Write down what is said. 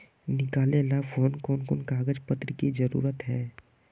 निकाले ला कोन कोन कागज पत्र की जरूरत है?